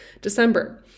December